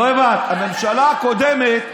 בממשלה הקודמת.